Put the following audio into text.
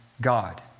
God